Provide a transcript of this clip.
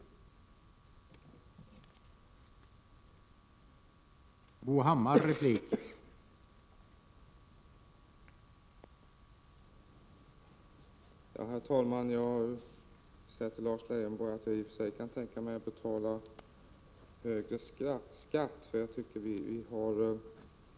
Yherligarereneser till